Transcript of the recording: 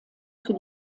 für